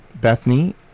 Bethany